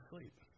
sleep